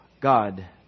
God